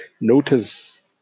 Notice